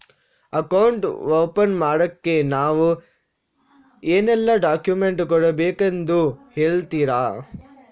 Account open ಮಾಡ್ಲಿಕ್ಕೆ ನಾವು ಏನೆಲ್ಲ ಡಾಕ್ಯುಮೆಂಟ್ ಕೊಡಬೇಕೆಂದು ಹೇಳ್ತಿರಾ?